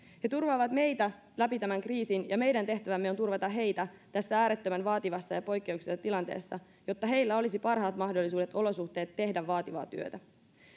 he turvaavat meitä läpi tämän kriisin ja meidän tehtävämme on turvata heitä tässä äärettömän vaativassa ja poikkeuksellisessa tilanteessa jotta heillä olisi parhaat mahdolliset olosuhteet tehdä vaativaa työtä